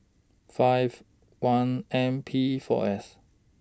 five one M P four S